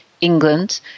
England